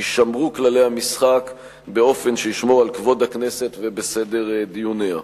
יישמרו כללי המשחק באופן שישמור על כבוד הכנסת ועל סדר דיוניה.